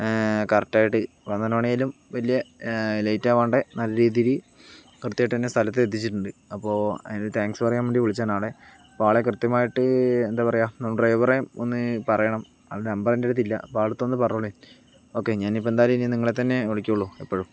കറക്റ്റായിട്ട് പന്ത്രണ്ട് മണി ആയാലും വലിയ ലേറ്റ് ആവാണ്ട് നല്ല രീതിയില് കൃത്യായിട്ട് തന്നെ സ്ഥലത്ത് എത്തിച്ചിട്ടുണ്ട് അപ്പോൾ അതിനൊരു താങ്ക്സ് പറയാൻ വേണ്ടി വിളിച്ചതാണ് ആളെ അപ്പോൾ ആളെ കൃത്യമായിട്ട് എന്താ പറയുക ഡ്രൈവറേയും ഒന്ന് പറയണം ആളുടെ നമ്പർ എൻ്റെ അടുത്ത് ഇല്ല അപ്പം ആൾടെ അടുത്ത് ഒന്ന് പറഞ്ഞോളിൻ ഓക്കേ ഞാനിപ്പോൾ ഇനി എന്തായാലും നിങ്ങളെ തന്നെ വിളിക്കോള്ളൂ എപ്പോഴും